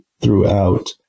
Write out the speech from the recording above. throughout